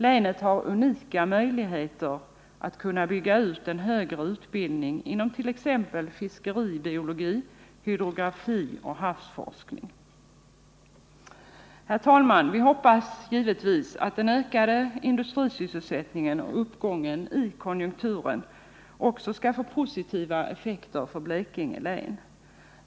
Länet har unika möjligheter att kunna bygga ut en högre utbildning inom t.ex. fiskeribiologi, hydrografi och havsforskning. Herr talman! Vi hoppas givetvis att den ökade industrisysselsättningen och konjunkturuppgången skall få positiva effekter också för Blekinge län.